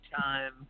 time